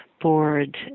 board